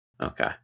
Okay